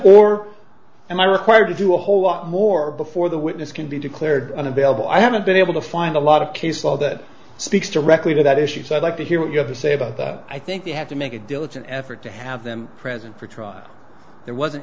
or and i required to do a whole lot more before the witness can be declared unavailable i haven't been able to find a lot of case for that speaks directly to that issue so i'd like to hear what you have to say about that i think you have to make a diligent effort to have them present for trial there wasn't